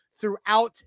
throughout